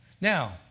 Now